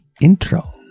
intro